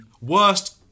Worst